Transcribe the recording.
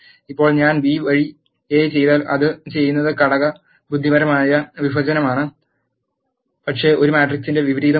ഇപ്പോൾ ഞാൻ ബി വഴി എ ചെയ്താൽ അത് ചെയ്യുന്നത് ഘടക ബുദ്ധിപരമായ വിഭജനമാണ് പക്ഷേ ഒരു മാട്രിക്സിന്റെ വിപരീതമല്ല